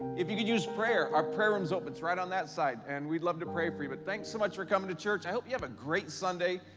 if you could use prayer, our prayer room is open. it's right on that side, and we'd love to pray for you. but thanks so much for coming to church. i hope you have a great sunday,